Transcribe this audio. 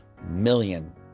million